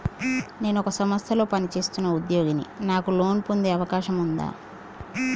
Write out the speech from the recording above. నేను ఒక సంస్థలో పనిచేస్తున్న ఉద్యోగిని నాకు లోను పొందే అవకాశం ఉందా?